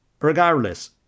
Regardless